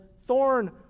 thorn